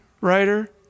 writer